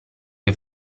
che